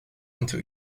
into